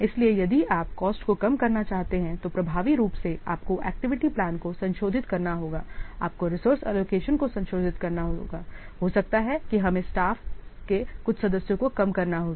इसलिए यदि आप कॉस्ट को कम करना चाहते हैं तो प्रभावी रूप से आपको एक्टिविटी प्लान को संशोधित करना होगा आपको रिसोर्स एलोकेशन को संशोधित करना होगा हो सकता है कि हमें स्टाफ के कुछ सदस्यों को कम करना होगा